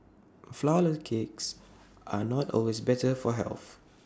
Flourless Cakes are not always better for health